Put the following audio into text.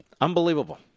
Unbelievable